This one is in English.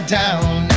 down